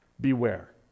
beware